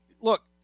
Look